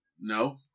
No